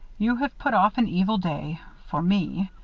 you have put off an evil day for me.